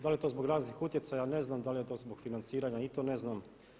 Da li je to zbog raznih utjecaja ne znam, da li je to zbog financiranja i to ne znam.